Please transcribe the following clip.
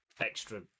extra